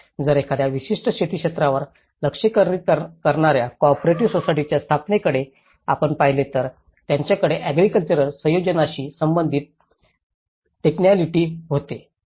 म्हणून जर एखाद्या विशिष्ट शेती क्षेत्रावर लक्ष केंद्रित करणार्या कॉपरेटिव्ह सोसायटीच्या स्थापनेकडे आपण पाहिले तर त्यांच्याकडे ऍग्रिकल्चरल संयोजनाशी संबंधित टेकनिकलीटी होते